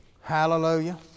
Hallelujah